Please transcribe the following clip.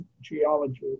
geology